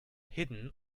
hidden